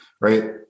right